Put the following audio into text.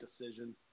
decision